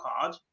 card